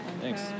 Thanks